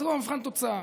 זה מבחן התוצאה.